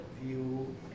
view